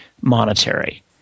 monetary